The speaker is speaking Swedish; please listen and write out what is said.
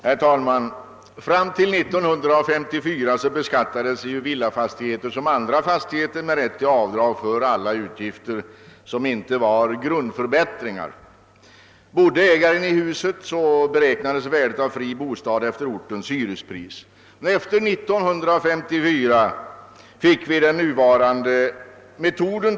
Herr talman! Fram till 1954 beskattades ju villafastigheter som andra fastigheter med rätt till avdrag för alla utgifter som inte avsåg grundförbättringar. Bodde ägaren i huset beräknades värdet av fri bostad efter ortens hyrespris. Efter 1954 tillämpades den nuvarande metoden.